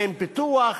אין פיתוח,